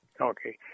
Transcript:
Okay